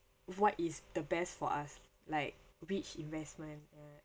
what is the best for us like which investment right